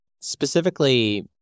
specifically